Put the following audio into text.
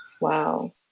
Wow